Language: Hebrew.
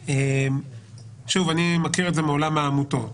אני מכיר את זה מעולם העמותות,